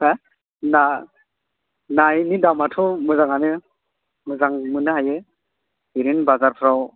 हा नानि दामाथ' मोजाङानो मोजां मोननो हायो ओरैनो बाजारफ्राव